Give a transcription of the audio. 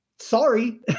Sorry